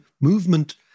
movement